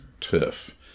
turf